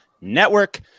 network